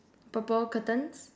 purple curtains